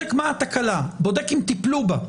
מה התקלה, אם טיפלו בה.